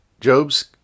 Job's